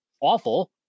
awful